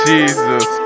Jesus